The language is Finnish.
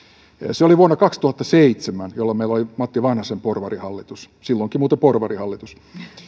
se oli vuonna kaksituhattaseitsemän jolloin meillä oli matti vanhasen porvarihallitus silloinkin muuten porvarihallitus